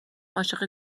عاشق